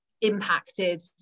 impacted